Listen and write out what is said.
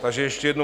Takže ještě jednou.